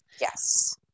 Yes